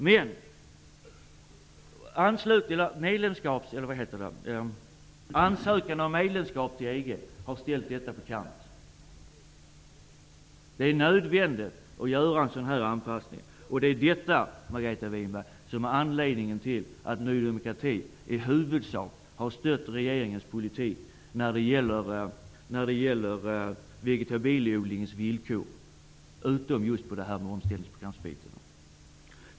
Men ansökan om medlemskap i EG har ställt detta på kant. Det är nödvändigt att göra en sådan anpassning. Det är detta, Margareta Winberg, som är anledningen till att Ny demokrati i huvudsak har stött regeringens politik när det gäller vegetabilieodlingens villkor -- utom just när det gäller byte av omställningsprogram. Herr talman!